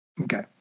Okay